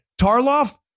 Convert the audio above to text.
Tarloff